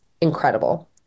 incredible